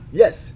yes